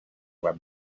web